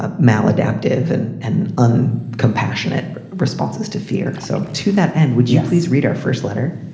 ah maladaptive. and and on compassionate responses to fear. so to that end, would you please read our first letter?